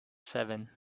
seven